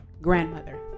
grandmother